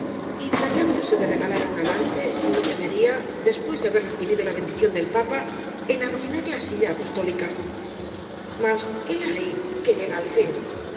y tratándose de regalar á un amante no temería después de haber recibido la bendición del papa en arruinar la silla apostólica mas hela ahí que llega al fin